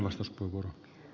näin oletan